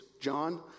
John